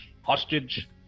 hostage